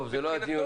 טוב, זה לא הדיון.